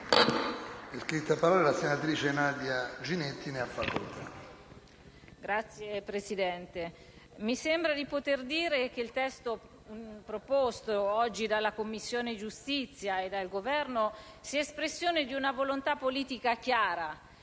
Signor Presidente, mi sembra di poter dire che il testo proposto dalla Commissione giustizia e dal Governo sia espressione di una volontà politica chiara